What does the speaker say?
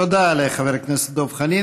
תודה לחבר הכנסת דב חנין.